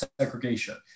segregation